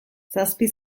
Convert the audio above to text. zazpi